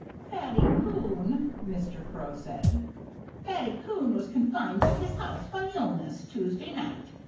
fatty coon mr. crow said fatty coon was confined to his house by illness tuesday night.